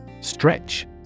Stretch